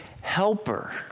helper